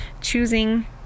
choosing